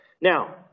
Now